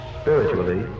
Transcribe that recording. spiritually